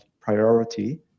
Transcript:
priority